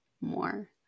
more